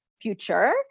future